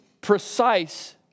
precise